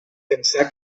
pensà